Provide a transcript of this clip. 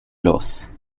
los